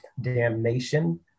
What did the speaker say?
damnation